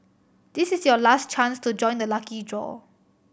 this is your last chance to join the lucky draw